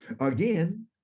Again